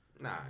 Nah